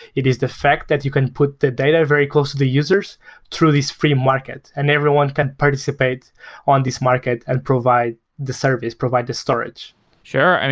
it is the fact that you can put the data very close to the users through this free market and everyone can participate on this market and provide the service, provide the storage sure. i mean,